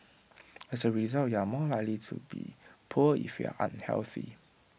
as A result you are more likely be poor if you are unhealthy